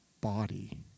body